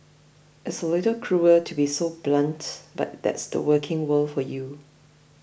it's a little cruel to be so blunt but that's the working world for you